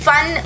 Fun